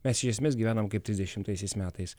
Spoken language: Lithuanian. mes jas mes gyvenam kaip trisdešimtaisiais metais